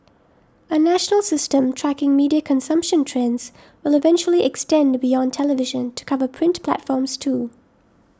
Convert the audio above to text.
a national system tracking media consumption trends will eventually extend beyond television to cover print platforms too